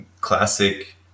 classic